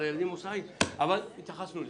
הילדים המוסעים, אבל התייחסנו לזה.